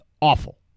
awful